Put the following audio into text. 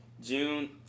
June